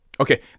Okay